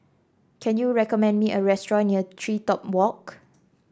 can you recommend me a restaurant near TreeTop Walk